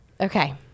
Okay